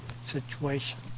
situation